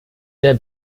der